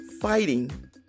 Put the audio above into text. fighting